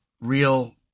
real